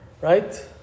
Right